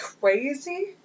crazy